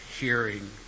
hearing